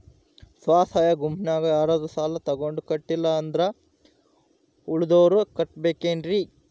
ಸ್ವ ಸಹಾಯ ಗುಂಪಿನ್ಯಾಗ ಯಾರಾದ್ರೂ ಸಾಲ ತಗೊಂಡು ಕಟ್ಟಿಲ್ಲ ಅಂದ್ರ ಉಳದೋರ್ ಕಟ್ಟಬೇಕೇನ್ರಿ?